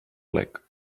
plec